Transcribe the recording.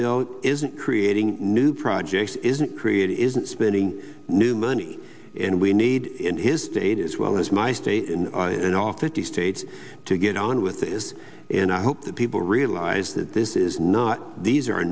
bill isn't creating new projects isn't created isn't spending new money and we need in his state as well as my state and off if the states to get on with this and i hope that people realize that this is not these are